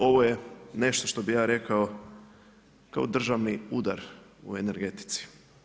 Ovo je nešto što bih ja rekao kao državni udar u energetici.